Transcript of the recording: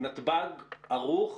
נתב"ג ערוך?